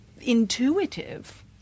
intuitive